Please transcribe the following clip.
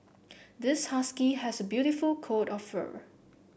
this husky has a beautiful coat of fur